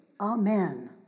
Amen